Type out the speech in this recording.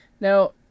Now